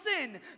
sin